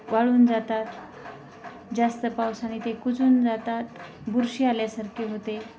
वाळून जातात जास्त पावसाने ते कुजून जातात बुरशी आल्यासारखे होते